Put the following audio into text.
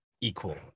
equal